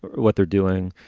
what they're doing.